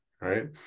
right